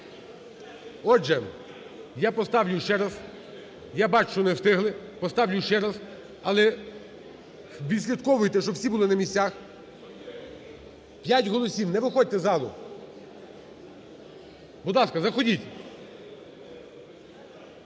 Отже, я поставлю ще раз, я бачу, що не встигли, поставлю ще раз, але відслідковуйте, щоб всі були на місцях. 5 голосів. Не виходьте з залу, будь ласка, заходіть.